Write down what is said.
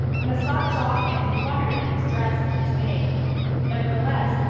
when as'ad saw him, he wondered at his dress and his mien nevertheless,